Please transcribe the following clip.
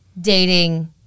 dating